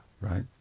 right